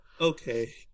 Okay